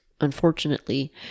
unfortunately